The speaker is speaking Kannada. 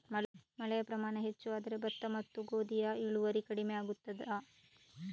ಮಳೆಯ ಪ್ರಮಾಣ ಹೆಚ್ಚು ಆದರೆ ಭತ್ತ ಮತ್ತು ಗೋಧಿಯ ಇಳುವರಿ ಕಡಿಮೆ ಆಗುತ್ತದಾ?